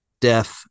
death